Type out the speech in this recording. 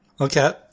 okay